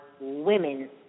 women